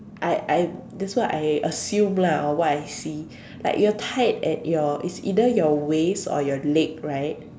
I I that's what I assume lah or what I see like you're tied at your it's either your waist or your leg right